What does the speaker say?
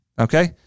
Okay